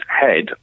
head